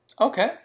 Okay